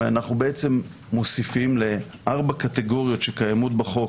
אנחנו בעצם מוסיפים ל-4 קטגוריות קיימות בחוק,